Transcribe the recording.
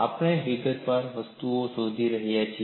આપણે વિગતવાર વસ્તુઓ શોધી રહ્યા છીએ